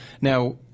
now